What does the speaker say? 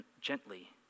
gently